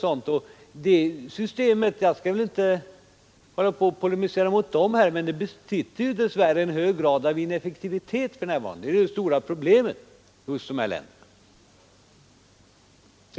Jag skall inte polemisera mot öststaternas industri, men deras system besitter en hög grad av ineffektivitet för närvarande. Det är ju det stora problemet hos dessa länder.